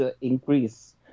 increase